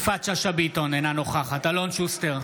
בעד יפעת שאשא ביטון, אינה נוכחת אלון שוסטר,